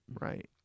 Right